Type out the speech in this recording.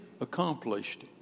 accomplished